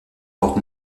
porte